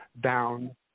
down